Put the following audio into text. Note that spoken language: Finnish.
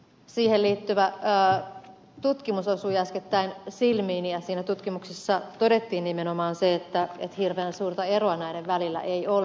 siihen liittyvä tutkimus osui äskettäin silmiini ja siinä tutkimuksessa todettiin nimenomaan se että hirveän suurta eroa näiden välillä ei ole